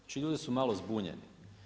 Znači ljudi su malo zbunjeni.